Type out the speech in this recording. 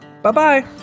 Bye-bye